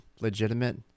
legitimate